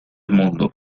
mundo